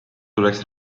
tuleks